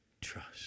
trust